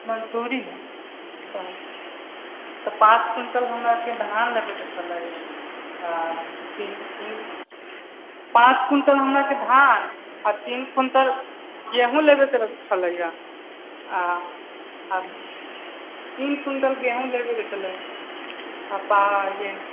मंसूरी हइ पाँच तऽ पाँच क्विंटल हमराके धान लेबयके छलैए आ तीन तीन पाँच क्विंटल धान आ तीन क्विंटल गेहूँम लेबयके छलैए